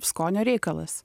skonio reikalas